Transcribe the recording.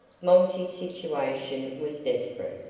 monty's situation was desperate.